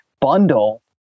bundle